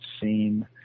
seen